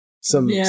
some-